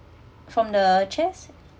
from the chairs